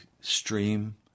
stream